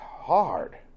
hard